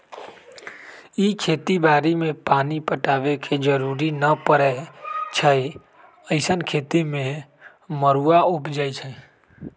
इ खेती बाड़ी में पानी पटाबे के जरूरी न परै छइ अइसँन खेती में मरुआ उपजै छइ